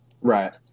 Right